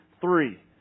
three